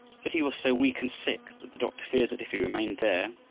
but he was so weak and sick that the doctor feared that if he remained there